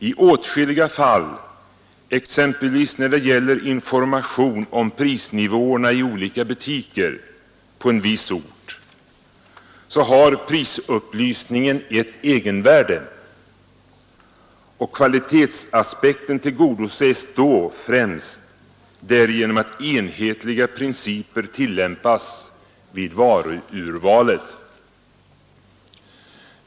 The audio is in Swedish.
I åtskilliga fall, exempelvis när det gäller information om prisnivåerna i olika butiker på en viss ort, har prisupplysningen ett egenvärde, och kvalitetsaspekten tillgodoses då främst därigenom att enhetliga principer tillämpas vid varuurvalet.